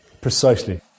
Precisely